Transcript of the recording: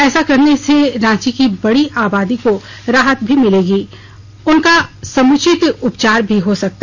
ऐसा करने से रांची की बड़ी आबादी को राहत भी मिलेगी और उनका समुचित उपचार भी हो सकेगा